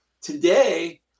Today